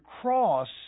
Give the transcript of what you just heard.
cross